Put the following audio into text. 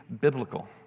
biblical